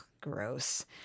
gross